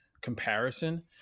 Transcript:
comparison